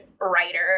writer